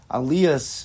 alias